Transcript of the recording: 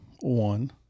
one